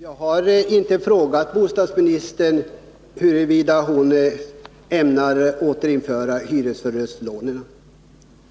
Herr talman! Jag har inte frågat bostadsministern huruvida hon ämnar återinföra hyresförlustlånen.